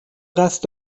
قصد